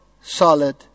solid